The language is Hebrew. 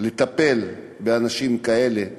לטפל באנשים כאלה,